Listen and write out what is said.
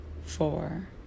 four